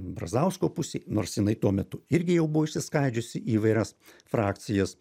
brazausko pusėj nors jinai tuo metu irgi jau buvo išsiskaidžiusi į įvairias frakcijas